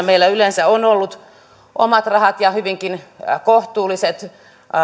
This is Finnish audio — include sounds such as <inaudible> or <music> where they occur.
<unintelligible> meillä perussuomalaisilla yleensä on ollut omat rahat ja hyvinkin kohtuulliset